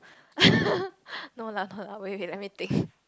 no lah no lah wait let me think